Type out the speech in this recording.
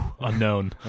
Unknown